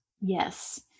yes